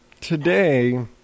today